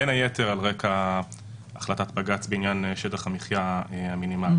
בין היתר על רקע החלטת בג"ץ בעניין שטח המחיה המינימלי.